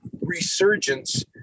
resurgence